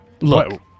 Look